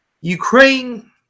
Ukraine